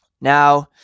Now